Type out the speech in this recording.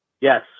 yes